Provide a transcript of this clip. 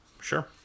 Sure